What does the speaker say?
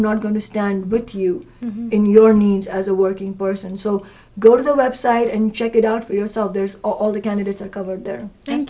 not going to stand with you in your needs as a working person so go to the website and check it out for yourself there's all the candidates are covered there